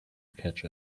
catch